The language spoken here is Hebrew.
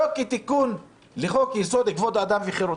לא כתיקון לחוק יסוד: כבוד האדם וחירותו.